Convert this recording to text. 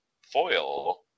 foil